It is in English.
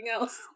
else